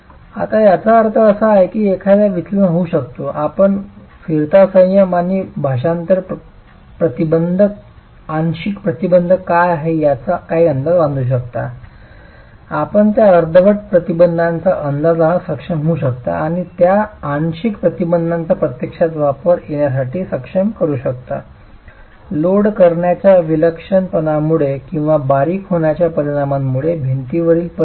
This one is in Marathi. आता ज्याचा अर्थ असा आहे की एखादा विचलन होऊ शकतो आपण फिरता संयम आणि भाषांतर प्रतिबंधक आंशिक प्रतिबंध काय आहे याचा काही अंदाज बांधू शकता आपण त्या अर्धवट प्रतिबंधांचा अंदाज लावण्यास सक्षम होऊ शकता आणि त्या आंशिक प्रतिबंधांचा वापर प्रत्यक्षात येण्यासाठी सक्षम करू शकता लोड करण्याच्या विलक्षणपणामुळे किंवा बारीक होण्याच्या परिणामामुळे भिंतीवरील परिणाम